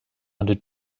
under